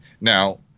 now